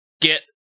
get